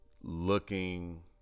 looking